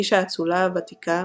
איש האצולה הוותיקה,